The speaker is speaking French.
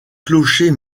clocher